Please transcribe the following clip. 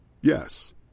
Yes